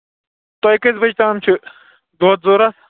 تۄہہِ کٔژِ بَجہِ تام چھِ دۄد ضوٚرَتھ